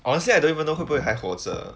honestly I don't even know 会不会还活着